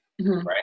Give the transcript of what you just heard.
right